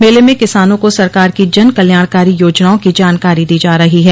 मेले मे किसानों को सरकार की जनकल्याणकारी योजनाओं की जानकारी दी जा रही है